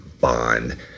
bond